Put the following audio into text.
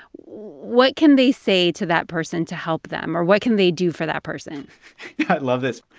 what can they say to that person to help them? or what can they do for that person? i love this.